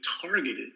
targeted